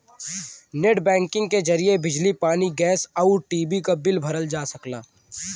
net banking के जरिए बिजली पानी गैस आउर टी.वी क बिल भरल जा सकला